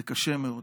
זה קשה מאוד.